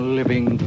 living